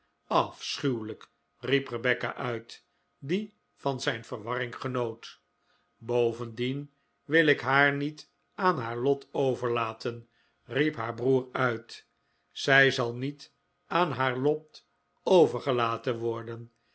afschuwelijk riep rebecca uit die van zijn verwarring genoot bovendien wil ik haar niet aan haar lot overlaten riep haar broer uit zij zal niet aan haar lot overgelaten worden